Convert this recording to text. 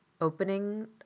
opening